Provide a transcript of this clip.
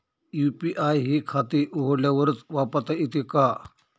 UPI हे खाते उघडल्यावरच वापरता येते का?